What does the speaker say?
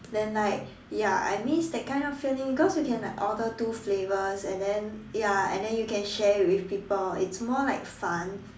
then like ya I miss that kind of feeling cause you can like order two flavors and then ya and then you can share with people it's more like fun